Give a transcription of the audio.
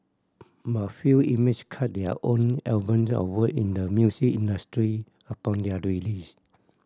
but few inmates cut their own albums or work in the music industry upon their release